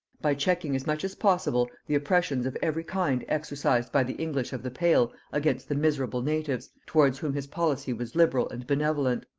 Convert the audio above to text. by checking as much as possible the oppressions of every kind exercised by the english of the pale against the miserable natives, towards whom his policy was liberal and benevolent.